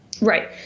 Right